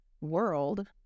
world